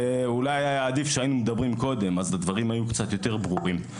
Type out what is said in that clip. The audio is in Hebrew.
אולי היה עדיף שהיינו מדברים קודם; אז הדברים היו קצת יותר ברורים.